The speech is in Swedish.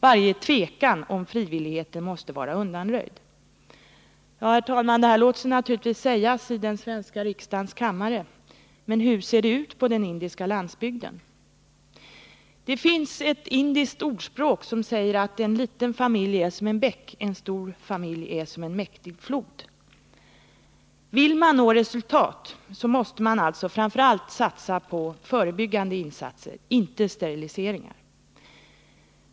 ———- Varje tvekan om frivilligheten i medverkan måste vara undanröjd.” Ja, herr talman, detta låter sig naturligtvis sägas i den svenska riksdagens kammare, men hur ser det ut på den indiska landsbygden? Det finns ett indiskt ordspråk som lyder: En liten familj är som en bäck —en stor familj är som en mäktig flod. Vill man nå resultat måste man alltså framför allt satsa på förebyggande insatser — inte på steriliseringar.